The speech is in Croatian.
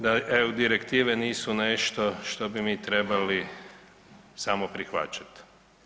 Da EU direktive nisu nešto što bi mi trebali samo prihvaćati.